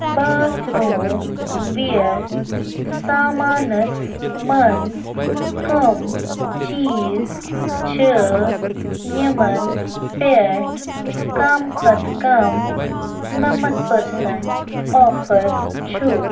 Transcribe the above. باتھ room ویر سامانس مَنٛز کٕم چیٖز چھِ یِمَن پٮ۪ٹھ کم کھوتہٕ کم نَمتھ پٔرسنٛٹ آفر چھُ